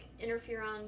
interferon